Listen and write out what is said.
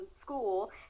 school